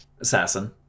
Assassin